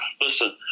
Listen